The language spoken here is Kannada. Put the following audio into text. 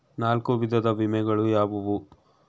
ನಾಲ್ಕು ವಿಧದ ವಿಮೆಗಳು ಯಾವುವು?